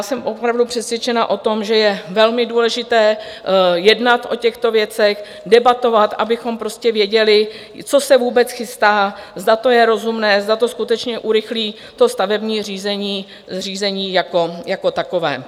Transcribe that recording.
Jsem opravdu přesvědčena o tom, že je velmi důležité jednat o těchto věcech, debatovat, abychom prostě věděli, co se vůbec chystá, zda to je rozumné, zda to skutečně urychlí stavební řízení jako takové.